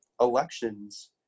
elections